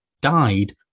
died